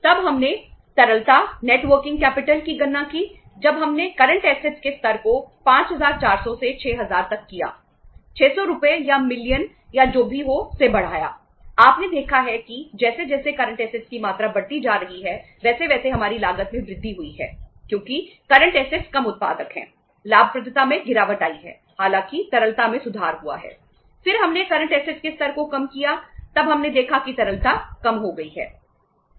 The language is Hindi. तब हमने तरलता नेट वर्किंग कैपिटल के स्तर को कम किया तब हमने देखा कि तरलता कम हो गई है